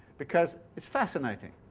because it's fascinating.